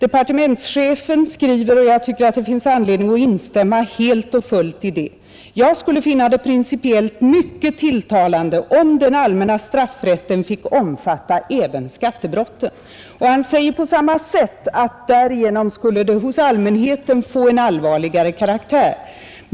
Han skriver, och jag tycker att det finns anledning att instämma helt och hållet i det, att han skulle finna det principiellt mycket tilltalande om den allmänna straffrätten fick omfatta även skattebrott. Han säger på samma sätt att därigenom skulle de även i allmänhetens ögon få en allvarligare karaktär.